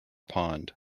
pond